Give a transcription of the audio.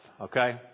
okay